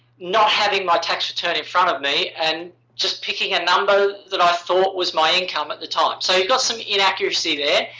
not having my tax return in front of me and just picking a number that i thought was my income at the time. so you've got some inaccuracy there.